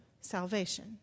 salvation